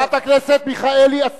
חברת הכנסת מיכאלי, אסור.